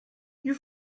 you